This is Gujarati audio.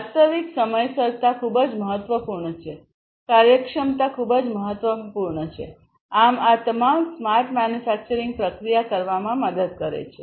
વાસ્તવિક સમયસરતા ખૂબ જ મહત્વપૂર્ણ છેકાર્યક્ષમતા ખૂબ જ મહત્વપૂર્ણ છેઆમ આ તમામ સ્માર્ટ મેન્યુફેક્ચરિંગ પ્રક્રિયા કરવામાં મદદ કરે છે